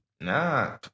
Nah